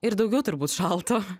ir daugiau turbūt šalto